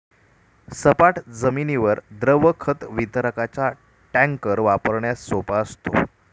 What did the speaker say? सपाट जमिनीवर द्रव खत वितरकाचा टँकर वापरण्यास सोपा असतो